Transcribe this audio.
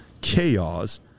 chaos